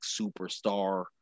superstar